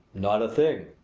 not a thing,